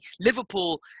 Liverpool